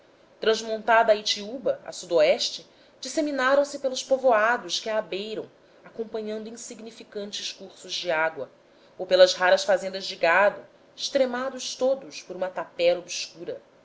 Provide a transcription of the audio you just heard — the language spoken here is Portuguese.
cidade transmontada a itiúba a sudoeste disseminaram se pelos povoados que a abeiram acompanhando insignificantes cursos de água ou pelas raras fazendas de gado estremados todos por uma tapera obscura